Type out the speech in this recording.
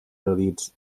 erudits